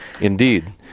Indeed